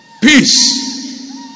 Peace